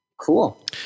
Cool